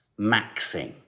maxing